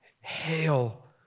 Hail